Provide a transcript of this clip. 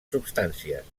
substàncies